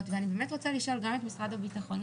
ואני באמת רוצה לשאול גם את משרד הביטחון,